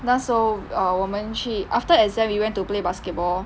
那时候 err 我们去 after exam we went to play basketball